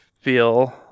feel